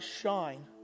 shine